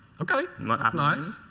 okay. like that's nice.